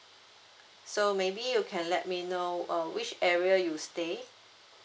so maybe you can let me know uh which area you stay